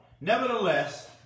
Nevertheless